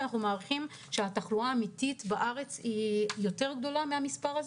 אנחנו מעריכים שהתחלואה האמיתית בארץ יותר גדולה מהמספר הזה,